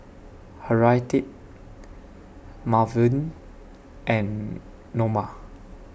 Harriette Malvin and Norma